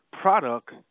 product